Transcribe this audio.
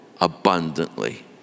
abundantly